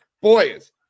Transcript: Boys